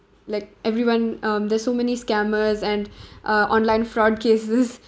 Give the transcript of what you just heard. like everyone um there's so many scammers and uh online fraud cases